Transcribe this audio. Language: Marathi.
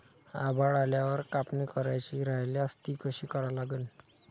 आभाळ आल्यावर कापनी करायची राह्यल्यास ती कशी करा लागन?